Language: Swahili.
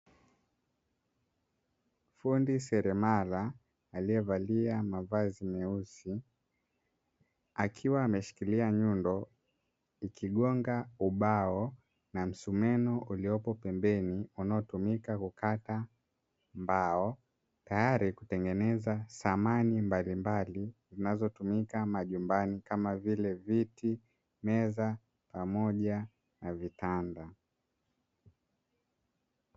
Fundi seremala aliyevalia mavazi meusi akiwa ameshikilia nyundo ikigonga ubao na msumeno uliopo pembeni unaotumika kukata mbao, tayari kutengeneza samani mbalimbali zinazotumika majumbani kama vile viti, meza pamoja na vitanda.